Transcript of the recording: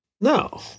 No